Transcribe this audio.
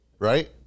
Right